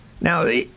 Now